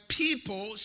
people